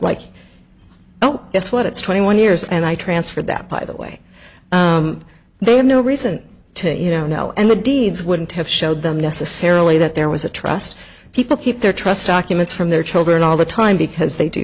guess what it's twenty one years and i transferred that by the way they have no reason to you know and the deeds wouldn't have showed them necessarily that there was a trust people keep their trust documents from their children all the time because they do